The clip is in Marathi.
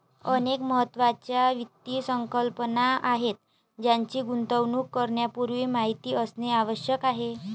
अनेक महत्त्वाच्या वित्त संकल्पना आहेत ज्यांची गुंतवणूक करण्यापूर्वी माहिती असणे आवश्यक आहे